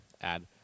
add